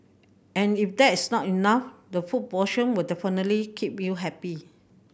and if that's not enough the food option will definitely keep you happy